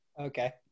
Okay